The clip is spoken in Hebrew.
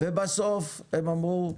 ובסוף הם אמרו: